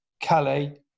Calais